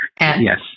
Yes